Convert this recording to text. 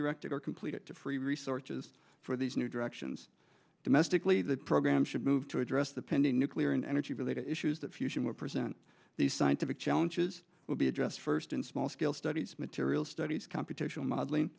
directed or completed to free resources for these new directions domestically the program should move to address the pending nuclear and energy related issues that fusion will present these scientific challenges will be addressed first in small scale studies materials studies computational modeling